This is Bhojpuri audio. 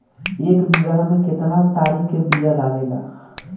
एक बिगहा में केतना तोरी के बिया लागेला?